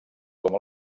com